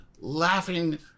laughing